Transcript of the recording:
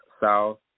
south